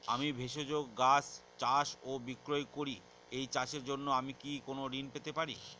আমি ভেষজ গাছ চাষ ও বিক্রয় করি এই চাষের জন্য আমি কি কোন ঋণ পেতে পারি?